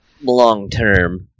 long-term